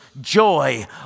joy